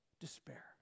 despair